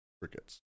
crickets